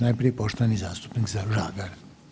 Najprije poštovani zastupnik Žagar.